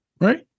right